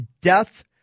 death